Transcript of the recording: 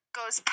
goes